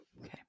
Okay